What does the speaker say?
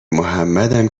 محمدم